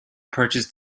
purchase